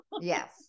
Yes